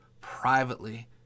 privately